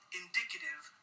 indicative